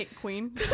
Queen